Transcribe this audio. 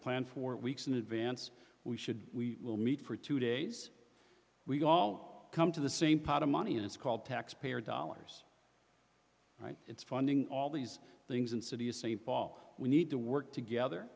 plan for weeks in advance we should we will meet for two days we all come to the same pot of money and it's called taxpayer dollars right it's funding all these things and city of st paul we need to work together